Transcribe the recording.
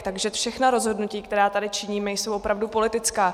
Takže všechna rozhodnutí, která tady činíme, jsou opravdu politická.